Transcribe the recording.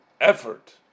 effort